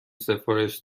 سفارش